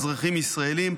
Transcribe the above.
אזרחים ישראלים,